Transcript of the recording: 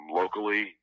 locally